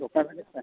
ᱫᱳᱠᱟᱱ ᱨᱮᱜᱮ ᱥᱮ